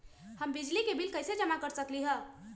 हम बिजली के बिल कईसे जमा कर सकली ह?